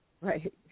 Right